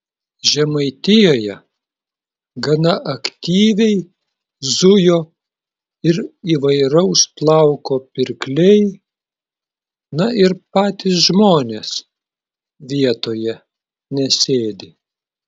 žemaitijoje gana aktyviai zujo ir įvairaus plauko pirkliai na ir patys žmonės vietoje nesėdi